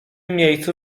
miejscu